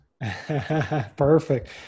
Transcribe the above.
Perfect